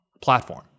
platform